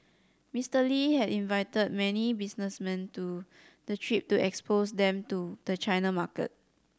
Mister Lee had invited many businessmen to the trip to expose them to the China market